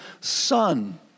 son